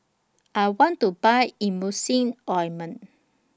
I want to Buy Emulsying Ointment